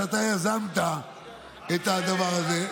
שאתה יזמת את הדבר הזה,